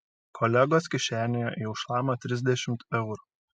kolegos kišenėje jau šlama trisdešimt eurų